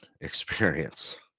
experience